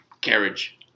carriage